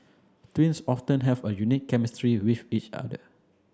twins often have a unique chemistry with each other